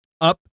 up